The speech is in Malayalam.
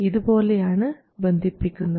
ഇത് പോലെയാണ് ബന്ധിപ്പിക്കുന്നത്